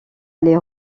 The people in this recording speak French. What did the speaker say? les